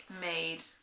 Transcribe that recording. made